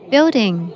Building